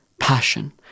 passion